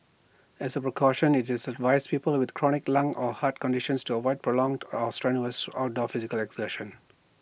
as A precaution IT just advised people with chronic lung or heart conditions to avoid prolonged or strenuous outdoor physical exertion